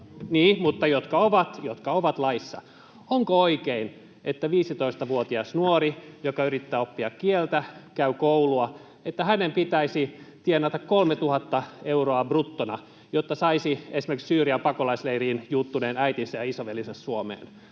Niin, mutta jotka ovat laissa. — Onko oikein, että 15-vuotiaan nuoren, joka yrittää oppia kieltä ja käy koulua, pitäisi tienata kolme tuhatta euroa bruttona, jotta saisi esimerkiksi Syyrian pakolaisleiriin juuttuneen äitinsä ja isoveljensä Suomeen?